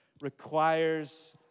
requires